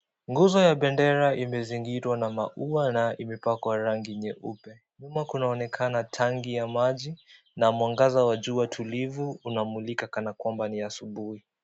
Nguzo ya bendera imezingirwa na maua na imepakwa rangi nyeupe. Nyuma kunaonekana tangi ya maji na mwangaza wa jua tulivu unamulika kana kwamba ni asubuhi.